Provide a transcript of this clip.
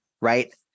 right